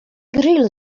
grill